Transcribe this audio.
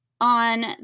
on